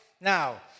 now